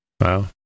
Wow